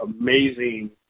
amazing